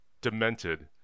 demented